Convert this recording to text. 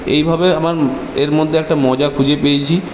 এইভাবে আমার এর মধ্যে একটা মজা খুঁজে পেয়েছি